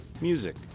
music